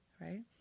right